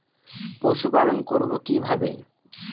পশুপালন করব কিভাবে?